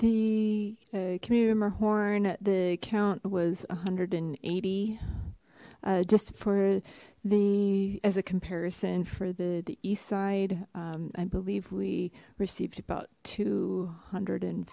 horn the account was one hundred and eighty uh just for the as a comparison for the the east side um i believe we received about two hundred and